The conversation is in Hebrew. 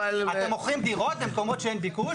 אתם מוכרים דירות במקומות שאין ביקוש